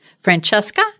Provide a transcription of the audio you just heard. Francesca